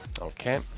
Okay